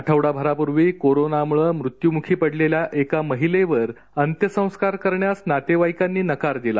आठवड्याभरापूर्वी corona मुळे मृत्युमुखी पडलेल्या एका महिलेवर अंत्यसंस्कार करण्यास नातेवाईकांनी नकार दिला